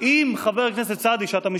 חבר הכנסת סעדי.